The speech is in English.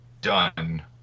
done